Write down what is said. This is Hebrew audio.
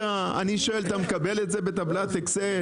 אתה מקבל את זה בטבלת אקסל?